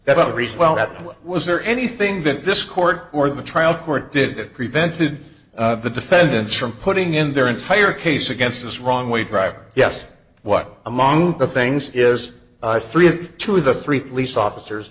that was there anything that this court or the trial court did that prevented the defendants from putting in their entire case against this wrong way driver yes what among the things is three of two of the three police officers